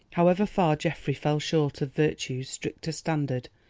however far geoffrey fell short of virtue's stricter standard,